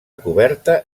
coberta